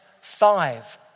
five